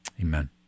Amen